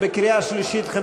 בקריאה שלישית,